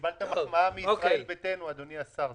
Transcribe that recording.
אבל קיבלת מחמאה מישראל ביתנו, אדוני השר.